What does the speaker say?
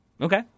okay